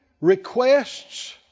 requests